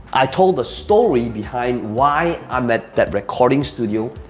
i told a story behind why i'm at that recording studio,